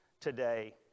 today